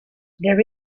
there